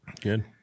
Good